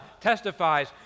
testifies